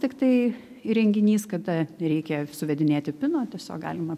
tiktai įrenginys kada reikia suvedinėti piną tiesiog galima